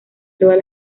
todas